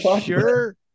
sure